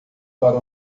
para